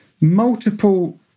multiple